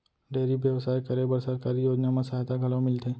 dairy बेवसाय करे बर सरकारी योजना म सहायता घलौ मिलथे